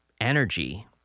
energy